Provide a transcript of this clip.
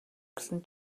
гэсэн